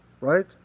Right